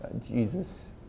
Jesus